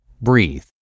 breathe